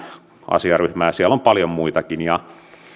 asiaryhmä ja siellä on paljon muitakin